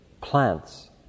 plants